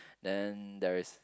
then there is